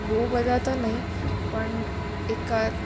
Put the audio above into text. બહુ બધા તો નહીં પણ એકાદ